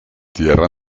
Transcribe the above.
tierra